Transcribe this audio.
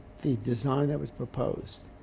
the design that was proposed,